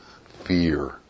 fear